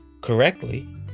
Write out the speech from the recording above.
correctly